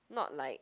not like